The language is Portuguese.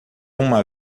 uma